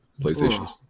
PlayStation